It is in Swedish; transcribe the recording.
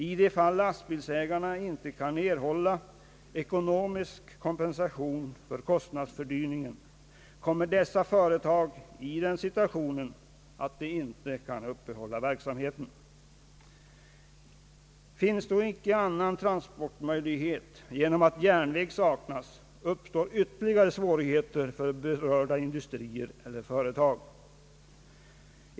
I de fall lastbilsägarna icke kan erhålla ekonomisk kompensation för kostnadsfördyringen kom mer dessa företag i den situationen att de inte kan uppehålla verksamheten. Finns då icke någon annan transportmöjlighet, därigenom att järnväg saknas, uppstår ytterligare svårigheter för berörda företag.